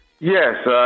Yes